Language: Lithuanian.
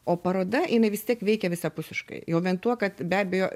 o paroda jinai vis tiek veikia visapusiškai jau vien tuo kad be abejo